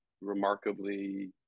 remarkably